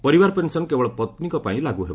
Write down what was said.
ପରିବାର ପେନସନ କେବଳ ପତ୍ନୀଙ୍କ ପାଇଁ ଲାଗୁ ହେବ